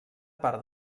part